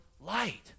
light